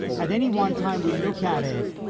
at any one time we look at it,